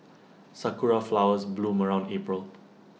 Sakura Flowers bloom around April